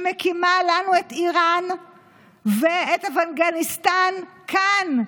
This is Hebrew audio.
שמקימה לנו את איראן ואת אפגניסטן כאן,